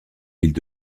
villes